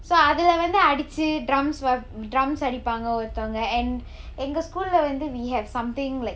so அதுல வந்து அடிச்சுathula vanthu adichu drums we have drums அடிப்பாங்க ஒருத்தவங்க:adippaanga oruthavanga and எங்க:enga school lah வந்து:vanthu we have something like